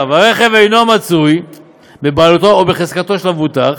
והרכב אינו מצוי בבעלותו או בחזקתו של המבוטח,